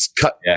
cut